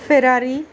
Ferrari